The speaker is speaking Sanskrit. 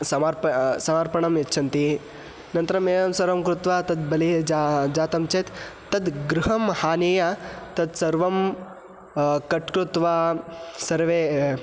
समर्पणं समर्पणं यच्छन्ति अनन्तरम् एवं सर्वं कृत्वा तत् बलिः जातं जातं चेत् तत् गृहं आनीय तत् सर्वं कट् कृत्वा सर्वे